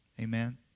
amen